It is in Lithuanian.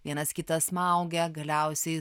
vienas kitą smaugia galiausiai